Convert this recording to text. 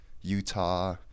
Utah